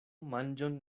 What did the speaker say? manĝon